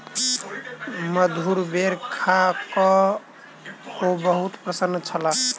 मधुर बेर खा कअ ओ बहुत प्रसन्न छलाह